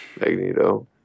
Magneto